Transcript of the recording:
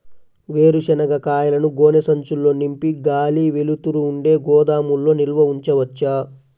వేరుశనగ కాయలను గోనె సంచుల్లో నింపి గాలి, వెలుతురు ఉండే గోదాముల్లో నిల్వ ఉంచవచ్చా?